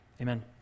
amen